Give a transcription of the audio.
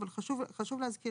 אבל חשוב להזכיר,